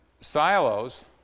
silos